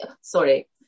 sorry